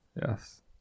yes